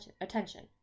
attention